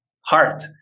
heart